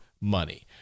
money